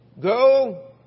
Go